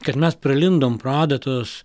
kad mes pralindom pro adatos